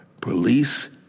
Police